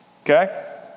Okay